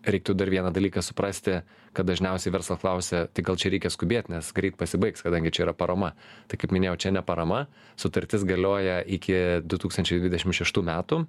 reiktų dar vieną dalyką suprasti kad dažniausiai verslas klausia gal čia reikia skubėt nes greit pasibaigs kadangi čia yra parama tai kaip minėjau čia ne parama sutartis galioja iki du tūkstančiai dvidešim šeštų metų